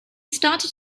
started